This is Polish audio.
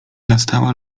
nastała